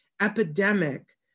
epidemic